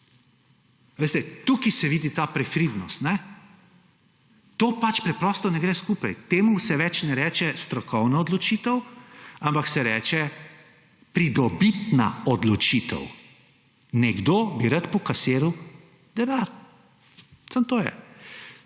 Tukaj se vidi ta perfidnost. To preprosto ne gre skupaj. Temu se ne reče več strokovna odločitev, ampak se temu reče pridobitna odločitev. Nekdo bi rad pokasiral denar, samo to je.